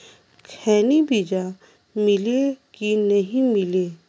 खैनी बिजा मिले कि नी मिले?